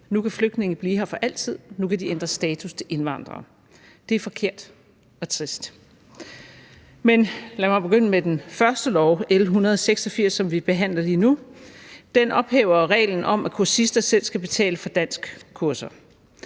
Nu kan flygtninge blive her for altid; nu kan de ændre status til indvandrere. Det er forkert og trist. Men lad mig begynde med det første lovforslag, L 186, som vi behandler lige nu. Det ophæver reglen om, at kursister selv skal betale for danskkurser.